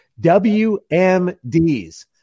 WMDs